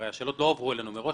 הרי השאלות לא הועברו אלינו מראש.